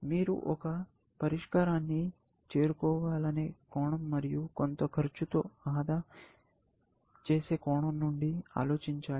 మీరు ఒక పరిష్కారాన్ని చేరుకోవాలనే కోణం మరియు కొంత ఖర్చుతో ఆదా చేసే కోణం నుండి ఆలోచించాలి